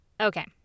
Okay